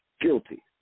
guilty